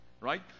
Right